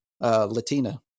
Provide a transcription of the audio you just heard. Latina